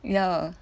ya